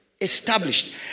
Established